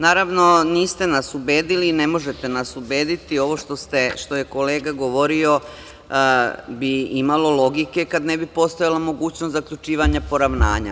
Naravno, niste nas ubedili, ne možete nas ubediti, ovo što je kolega govorio bi imalo logike kad ne bi postojala mogućnost zaključivanja poravnanja.